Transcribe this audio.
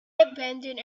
abandoned